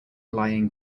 lying